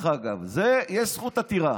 לזה יש זכות עתירה,